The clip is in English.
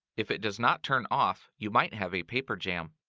if it does not turn off, you might have a paper jam.